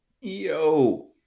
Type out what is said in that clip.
yo